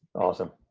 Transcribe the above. awesome.